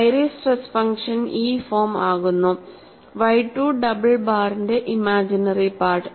iris stress function ഈ form ആകുന്നുYII double ബാറിന്റെ ഇമേജിനറി പാർട്ട്